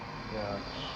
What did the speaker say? yeah